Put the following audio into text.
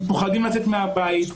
הם פוחדים לצאת מהבית,